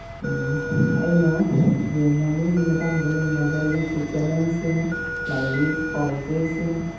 ꯑꯩꯅ ꯌꯦꯟ ꯉꯥꯅꯨꯒꯤ ꯃꯇꯥꯡꯗ ꯅꯩꯅꯕ ꯌꯨꯇꯨꯞ ꯆꯦꯅꯦꯟꯁꯤꯡ ꯂꯥꯏꯔꯤꯛ ꯄꯥꯎ ꯆꯦꯁꯤꯡ